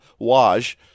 Waj